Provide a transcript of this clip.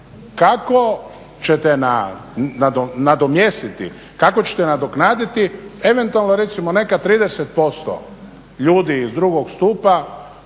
kako ćete nadomjestiti, kako ćete nadoknaditi, eventualno recimo neka 30% ljudi iz drugog stupa